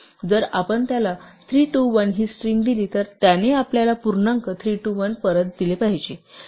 जर आपण त्याला 321 ही स्ट्रिंग दिली तर त्याने आपल्याला पूर्णांक 321 परत दिले पाहिजे